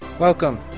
Welcome